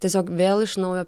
tiesiog vėl iš naujo